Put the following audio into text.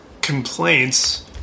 complaints